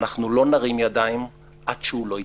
ואנחנו לא נרים ידיים עד שהוא יתפטר.